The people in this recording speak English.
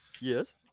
Yes